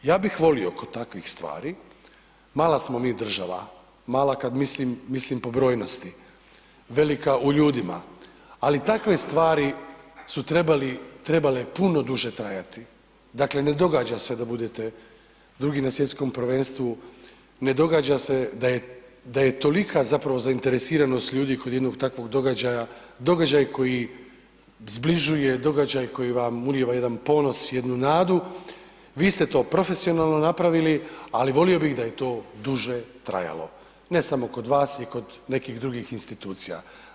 Ja bih volio kod takvih stvari, mala smo mi država, mala kad mislim, mislim po brojnosti, velika u ljudima, ali takve stvari su trebale puno duže trajati, dakle ne događa se da budete drugi na Svjetskom prvenstvu, ne događa se da je, da je tolika zapravo zainteresiranost ljudi kod jednog takvog događaja, događaj koji zbližuje, događaj koji vam ulijeva jedan ponos, jednu nadu, vi ste to profesionalno napravili, ali volio bih da je to duže trajalo, ne samo kod vas i kod nekih drugih institucija.